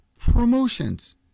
promotions